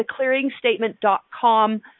theclearingstatement.com